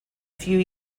few